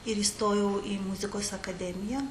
ir įstojau į muzikos akademiją